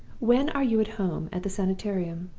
when are you at home at the sanitarium?